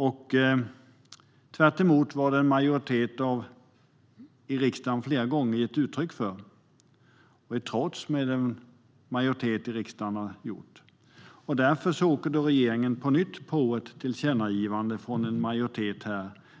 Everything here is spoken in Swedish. Man har gått tvärtemot vad en majoritet i riksdagen flera gånger gett uttryck för. Därför åker regeringen nu på nytt på ett tillkännagivande från en riksdagsmajoritet